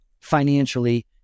financially